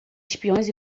espiões